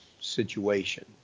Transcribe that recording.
situation